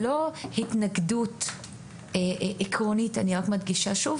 אני מדגישה שוב,